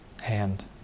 hand